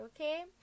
okay